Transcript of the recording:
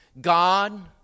God